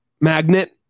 magnet